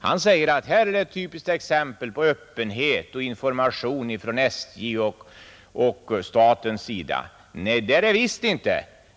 Han säger att det är ett typiskt exempel på öppenhet och information från SJ och staten. Nej, det är det visst inte.